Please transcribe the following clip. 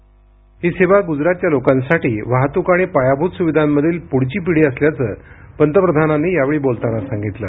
ध्वनी ही सेवा गुजरातच्या लोकांसाठी वाहतूक आणि पायाभूत सुविधांमधील पुढची पिढी असल्याचं पंतप्रधानांनी यावेळी बोलताना सांगितलं